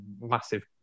massive